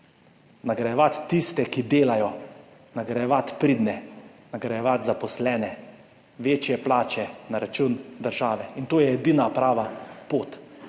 Nagrajevati tiste, ki delajo, nagrajevati pridne, nagrajevati zaposlene, večje plače na račun države in to je edina prava pot.